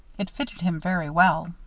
it fitted him very well.